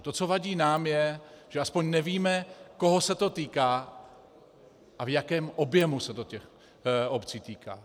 To, co uvádí nám, je, že aspoň nevíme, koho se to týká a v jakém objemu se to těch obcí týká.